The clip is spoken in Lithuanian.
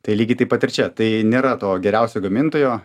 tai lygiai taip pat ir čia tai nėra to geriausio gamintojo